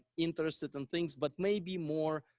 interested in things but maybe more,